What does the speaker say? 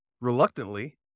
reluctantly